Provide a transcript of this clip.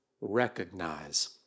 recognize